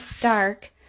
dark